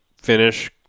finish